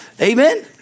Amen